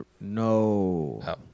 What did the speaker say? No